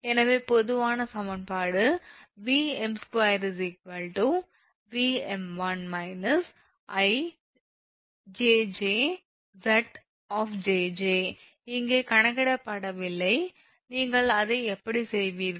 எனவே பொதுவான சமன்பாடு 𝑉 𝑚2 𝑉 𝑚1 −𝐼 𝑗𝑗 𝑍 𝑗𝑗 இங்கே கணக்கிடப்படவில்லை நீங்கள் அதை எப்படி செய்வீர்கள்